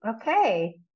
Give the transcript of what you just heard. Okay